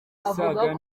isaga